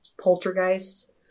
poltergeists